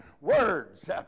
words